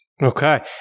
Okay